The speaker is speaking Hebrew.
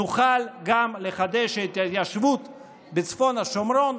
נוכל גם לחדש את ההתיישבות בצפון השומרון,